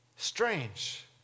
Strange